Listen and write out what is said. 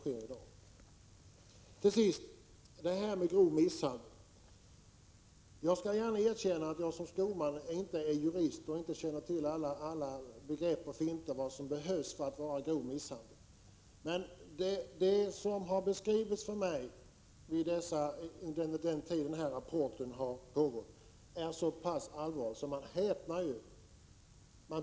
Jag erkänner att jag är skolman och inte jurist, och jag känner inte till alla begrepp och finter och vad som bedöms som grov misshandel. Men det som har beskrivits för mig under den tid arbetet med rapporten har pågått är så pass allvarligt att jag häpnar.